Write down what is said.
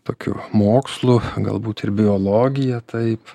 tokiu mokslu galbūt ir biologija taip